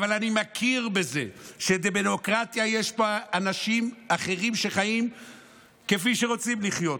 אני מכיר בזה שבדמוקרטיה יש אנשים אחרים שחיים כפי שרוצים לחיות,